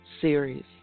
series